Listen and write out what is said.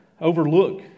overlook